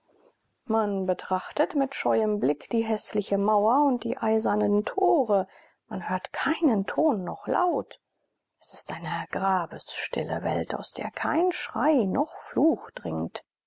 man betrachtet mit scheuem blick die häßliche mauer und die eisernen tore man hört keinen ton noch laut es ist eine grabesstille welt aus der kein schrei noch fluch dringt